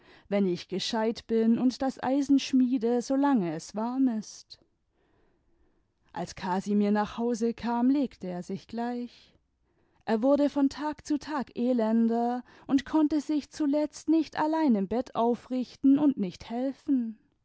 wenn ich gescheit bin und das eisen schmiede solange es warm ist als casimir nach hause kam legte er sich gleich er wurde von tag zu tag elender und konnte sich zuletzt nicht allein im bett aufrichten und nicht helfen